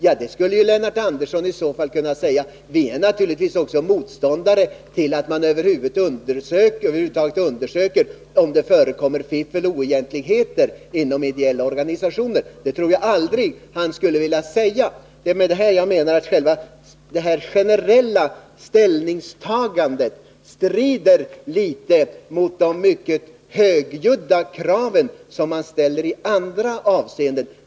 Då skulle Lennart Andersson också kunna säga: Vi är naturligtvis också motståndare till att man över huvud taget undersöker om det förekommer fiffel och oegentligheter inom ideella organisationer. Det tror jag att han aldrig skulle vilja säga. Det är därför jag menar att det här generella ställningstagandet strider litet mot de mycket högljudda krav som man ställer i andra avseenden.